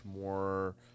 more